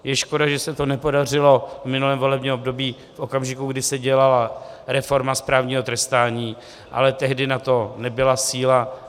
Je škoda, že se to nepodařilo v minulém volebním období v okamžiku, kdy se dělala reforma správního trestání, ale tehdy na to nebyla síla.